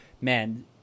man